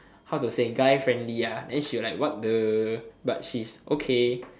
how to say guy friendly then she will like what the then she is like okay